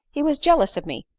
he was jealous of me.